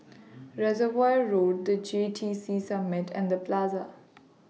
Reservoir Road The J T C Summit and The Plaza